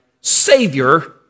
Savior